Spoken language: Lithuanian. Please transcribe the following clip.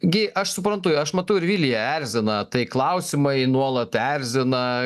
gi aš suprantu aš matau ir viliją erzina tai klausimai nuolat erzina